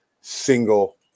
single